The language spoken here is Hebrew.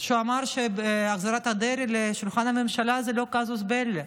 הוא אמר שהחזרת דרעי לשולחן הממשלה זה לא casus belli.